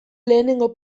lehenengo